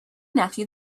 nephew